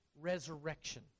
resurrection